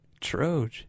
Troj